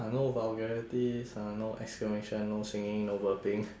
no vulgarities ha no exclamation no singing no burping